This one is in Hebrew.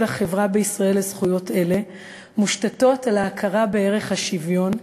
החברה בישראל לזכויות אלו מושתתות על ההכרה בעקרון השוויון,